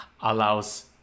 allows